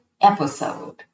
episode